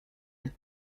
and